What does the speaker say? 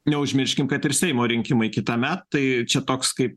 neužmirškim kad ir seimo rinkimai kitąmet tai čia toks kaip